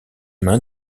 mains